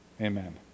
amen